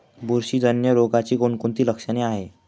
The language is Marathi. बुरशीजन्य रोगाची कोणकोणती लक्षणे आहेत?